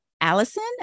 Allison